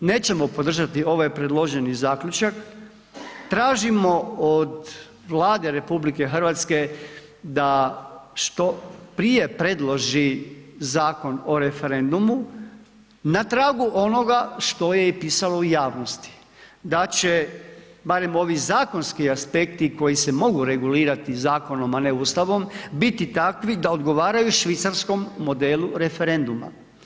I zbog toga nećemo podržati ovaj predloženi zaključak, tražimo od Vlade RH da što prije predloži Zakon o referendumu na tragu onoga što je i pisalo u javnosti, da će barem ovi zakonski aspekti koji se mogu regulirati zakonom, a ne Ustavom biti takvi da odgovaraju švicarskom modelu referenduma.